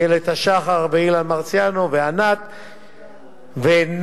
אילת השחר, אילן מרסיאנו, וענת ונועה,